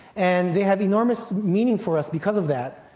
and they have enormous meaning for us because of that.